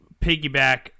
piggyback